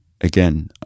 Again